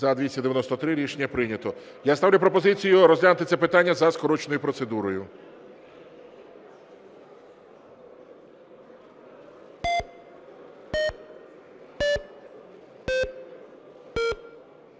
За-293 Рішення прийнято. Я ставлю пропозицію розглянути це питання за скороченою процедурою.